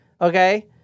okay